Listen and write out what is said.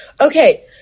Okay